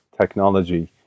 Technology